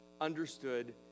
understood